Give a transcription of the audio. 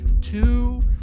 two